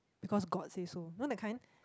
because god say so know that kind